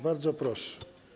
Bardzo proszę.